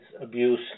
abuse